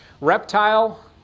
reptile